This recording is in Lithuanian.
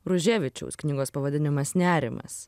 ružievičiaus knygos pavadinimas nerimas